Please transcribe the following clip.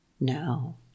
No